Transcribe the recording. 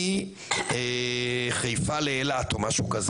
מאשדוד לאילת.